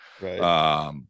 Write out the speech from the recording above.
Right